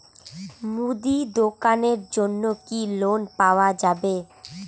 মুদি দোকানের জন্যে কি লোন পাওয়া যাবে?